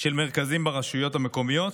של מרכזים ברשויות המקומיות,